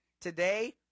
today